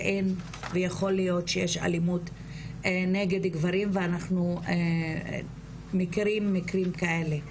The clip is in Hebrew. שאין ויכול להיות שיש אלימות נגד גברים ואנחנו מכירים מיקרים כאלה,